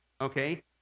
Okay